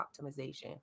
optimization